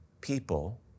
people